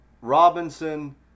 Robinson